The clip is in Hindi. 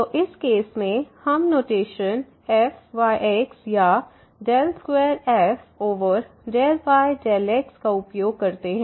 तो इस केस में हम नोटेशन fyx या 2f∂y∂x का उपयोग करते हैं